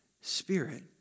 spirit